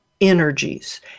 energies